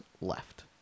left